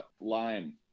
Lime